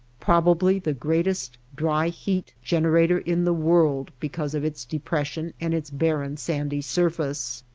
probably the greatest dry-heat generator in the world because of its depression and its barren, sandy surface.